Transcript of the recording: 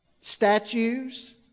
statues